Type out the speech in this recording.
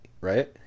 right